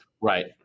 Right